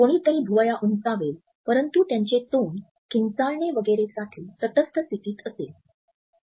कोणीतरी भुवया उंचावेल परंतु त्यांचे तोंड किंचाळणे वगैरे साठी तटस्थ स्थितीत असेल